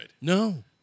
No